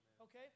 Okay